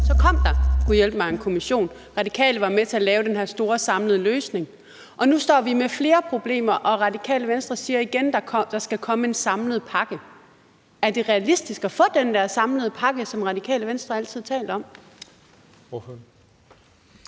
Så kom der gudhjælpemig en kommission. Radikale var med til at lave den her store samlede løsning. Nu står vi med flere problemer, og Radikale Venstre siger igen, at der skal komme en samlet pakke. Er det realistisk at få den der samlede pakke, som Radikale Venstre altid har talt om?